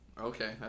Okay